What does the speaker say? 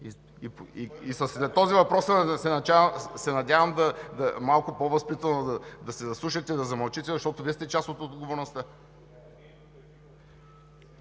И след този въпрос се надявам малко по-възпитано да се заслушате, да замълчите, защото Вие сте част от отговорността.